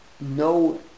no